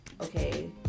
Okay